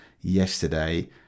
yesterday